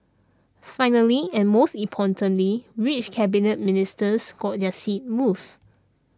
finally and most importantly which Cabinet Ministers got their seats moved